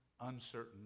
uncertain